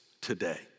today